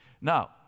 Now